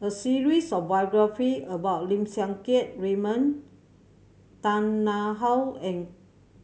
a series of biography about Lim Siang Keat Raymond Tan Tarn How and